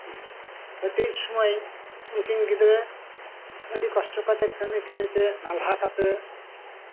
ᱠᱟᱹᱴᱤᱡ ᱥᱚᱢᱚᱭ ᱩᱱᱠᱤᱱ ᱜᱤᱫᱽᱨᱟᱹ ᱠᱚᱥᱴᱚ ᱠᱟᱛᱮᱜ ᱱᱟᱞᱦᱟ ᱠᱟᱹᱢᱤ ᱠᱟᱹᱢᱤᱛᱮ